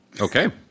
Okay